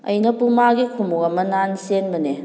ꯑꯩꯅ ꯄꯨꯃꯥꯒꯤ ꯈꯣꯡꯎꯞ ꯑꯃ ꯅꯍꯥꯟ ꯆꯦꯝꯕꯅꯦ